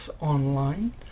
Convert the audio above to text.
online